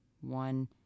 one